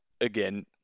again